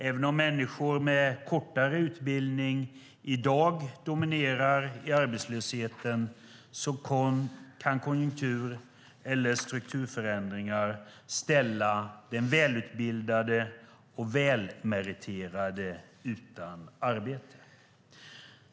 Även om människor med kortare utbildning i dag dominerar bland de arbetslösa kan konjunktur eller strukturförändringar ställa den välutbildade och välmeriterade utan arbete.